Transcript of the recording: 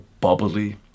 bubbly